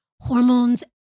hormones